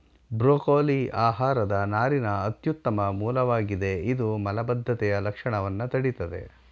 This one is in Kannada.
ಬ್ರೋಕೊಲಿ ಆಹಾರದ ನಾರಿನ ಅತ್ಯುತ್ತಮ ಮೂಲವಾಗಿದೆ ಇದು ಮಲಬದ್ಧತೆಯ ಲಕ್ಷಣವನ್ನ ತಡಿತದೆ